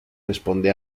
responde